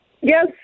Yes